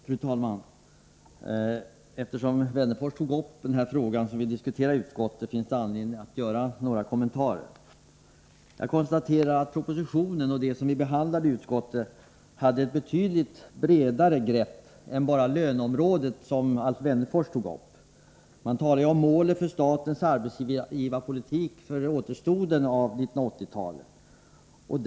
Fru talman! Eftersom Alf Wennerfors tog upp den här frågan, som vi har diskuterat också i utskottet, finns det anledning att göra några kommentarer; Jag konstaterar att propositionen och utskottsbehandlingen; omfattade mycket mer än bara löneområdet, som Alf Weanerfors berörde; Man talar om målet för statens arbetsgivarpolitik för återstoden, av 1980-talet.